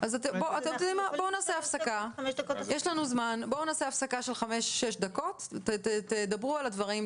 בואו נעשה הפסקה של 5 6 דקות, תדברו על הדברים.